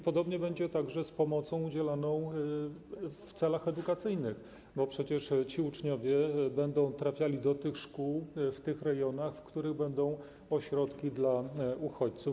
Podobnie będzie także z pomocą udzielaną w celach edukacyjnych, bo przecież ci uczniowie będą trafiali do szkół w tych rejonach, w których będą ośrodki dla uchodźców.